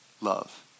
love